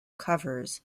covers